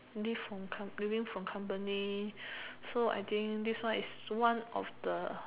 leave from com leaving from company so I think this one is one of the